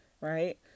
Right